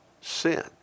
sin